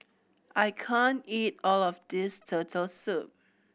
I can't eat all of this Turtle Soup